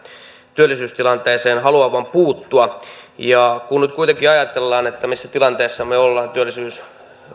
työllisyystilanteeseen haluavan puuttua kun nyt kuitenkin ajatellaan missä tilanteessa me olemme